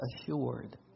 assured